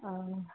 आ